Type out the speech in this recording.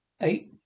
eight